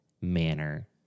manner